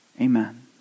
Amen